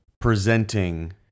presenting